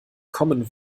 commen